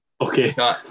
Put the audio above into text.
Okay